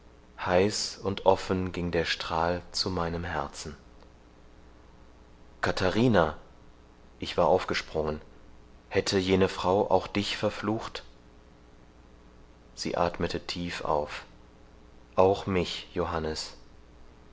heiß und offen ging der strahl zu meinem herzen katharina ich war aufgesprungen hätte jene frau auch dich verflucht sie athmete tief auf auch mich johannes